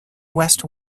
west